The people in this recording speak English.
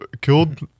killed